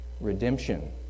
redemption